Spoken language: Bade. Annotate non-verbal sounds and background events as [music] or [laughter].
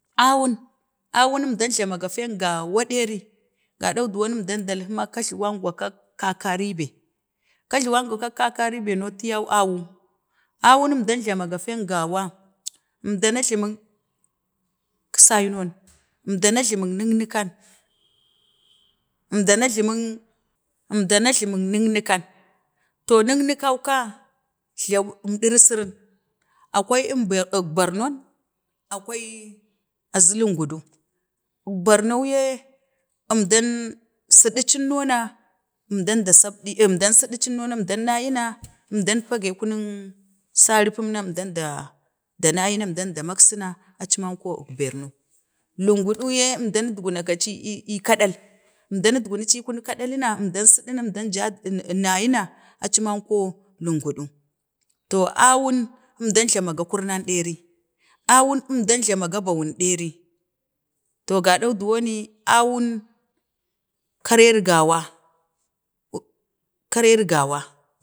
Awun, awun əmdan jlama ge fee gawan ɗiri, gadan duwan əmdan dalhi ma, kajluwan kak kakari be, kajluwan gwa kak kakari be no feen gawa əmdana flumuk saino əmdana jlumuk nəknukan əmda jlumu əmdan jlamin nəknikan, to nəknikauka, flawu əmɗuri sirin, akwai əmbee, əkbarno, akwai a zu lungudu, əkbaranau ye, əmda sidicin no na əmdan da sapdi, əman, əmda sidici no na əmdan nayuna əmdan paga kunuk tsari pumma əmdan da nayin na əmdan da maksi na aci manko əkbarnau, lunguduye əmdan na kwa gaci ii, [hesitation] kaɗal, əmdan nan gunaki ii kadal na, əmdan siduna, nayi na aci man ko lunguɗu, to awun, əmdan jlamaga akurnan ɗeri, awun əmdan jlamaga bawun ɗeri to, gadan dowoki awun karer gawa, kare ri gawa